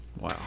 Wow